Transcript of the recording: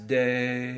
day